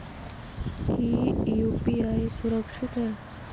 की यू.पी.आई सुरक्षित है?